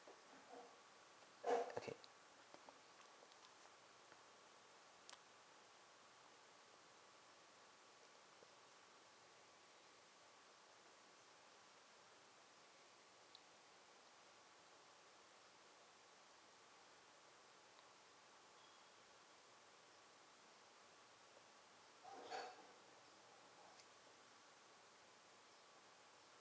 okay